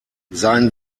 sein